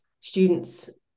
students